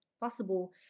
possible